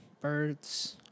birds